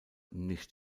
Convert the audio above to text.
nicht